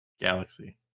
Galaxy